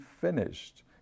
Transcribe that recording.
finished